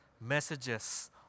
messages